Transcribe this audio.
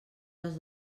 has